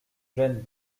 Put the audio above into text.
gênent